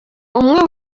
umwe